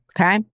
okay